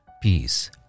peace